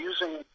using